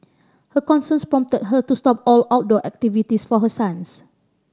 her concerns prompted her to stop all outdoor activities for her sons